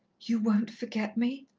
you won't forget me?